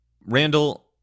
Randall